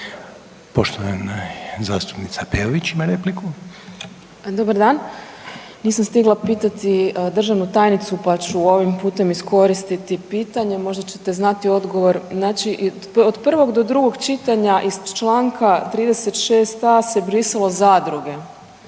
Poštovana zastupnica Peović ima repliku. **Peović, Katarina (RF)** Dobar dan. Nisam stigla pitati državnu tajnicu, pa ću ovim putem iskoristiti pitanje, možda ćete znati odgovor. Znači, od prvog do drugog čitanja iz čl. 36.a. se brisalo „zadruge“,